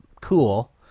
cool